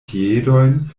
piedojn